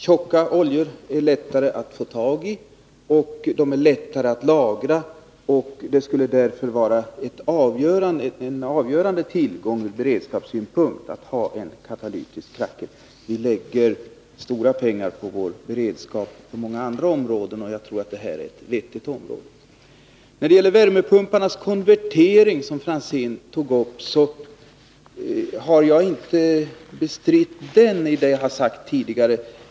Tjocka oljor är lättare att få tag i och lättare att lagra, och det skulle därför vara en avgörande tillgång ur beredskapssynpunkt att ha en katalytisk kracker. Vi lägger stora pengar på vår beredskap på många andra områden, och jag tror att det är vettigt att satsa också på det här området. Ivar Franzén tog upp värmepumparnas konvertering, och jag har inte bestritt argumenten i det jag anfört tidigare.